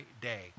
day